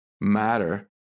matter